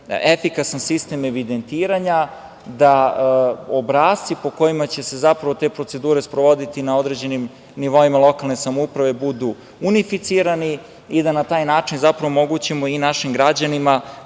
efikasan sistem evidentiranja, da obrasci po kojima će se zapravo te procedure sprovoditi na određenim nivoima lokalne samouprave budu unificirani i da na taj način zapravo omogućimo i našim građanima